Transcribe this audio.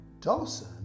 Dawson